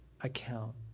account